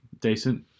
decent